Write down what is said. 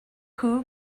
who